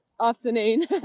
afternoon